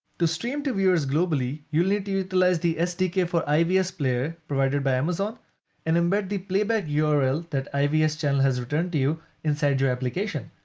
to stream to viewers globally, you need to utilize the sdk for ivs player provided by amazon and embed the playback url that ivs channel has returned to you inside your application.